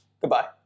goodbye